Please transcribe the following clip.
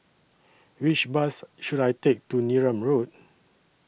Which Bus should I Take to Neram Road